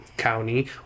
county